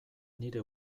nire